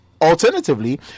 alternatively